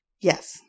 Yes